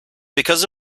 because